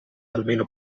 almeno